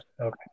okay